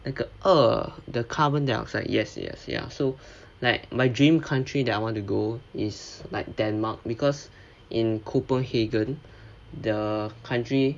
那个二 the carbon dioxide yes yes ya so like my dream country that I want to go is like denmark because in copenhagen the country